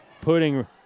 Putting